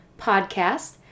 podcast